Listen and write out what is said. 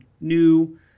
new